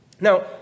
Now